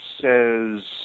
says